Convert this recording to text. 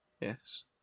yes